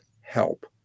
help